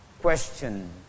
question